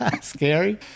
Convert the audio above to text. scary